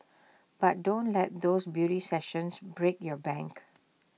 but don't let those beauty sessions break your bank